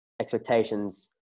expectations